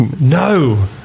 no